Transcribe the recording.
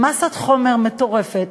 עם מאסת חומר מטורפת,